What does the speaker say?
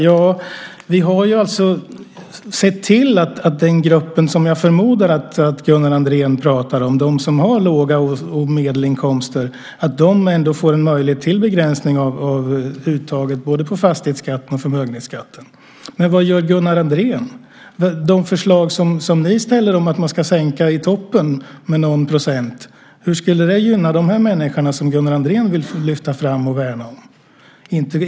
Ja, vi har ju sett till att den grupp som jag förmodar att Gunnar Andrén pratar om, de som har låga inkomster och medelinkomster, ändå får en möjlighet till begränsning av uttaget på både fastighetsskatten och förmögenhetsskatten. Men vad gör Gunnar Andrén? Ni har förslag om att man ska sänka i toppen med någon procent. Hur skulle det gynna de människor som Gunnar Andrén vill lyfta fram och värna om?